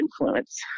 influence